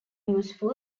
useful